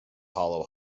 hollow